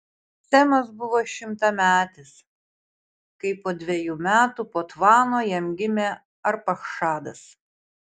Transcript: semas buvo šimtametis kai po dvejų metų po tvano jam gimė arpachšadas